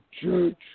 church